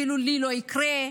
כאילו: לי לא יקרה,